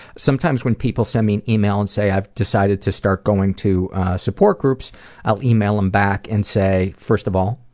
sometimes when people send me an email and say i've decided to start going to support groups i'll email them back and say first of all,